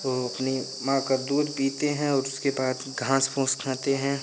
वह अपनी माँ का दूध पीते हैं और उसके बाद घास फूस खाते हैं